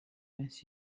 miss